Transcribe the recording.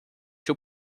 two